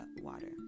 water